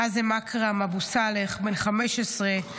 חאזם אכרם אבו סאלח, בן 15,